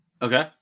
Okay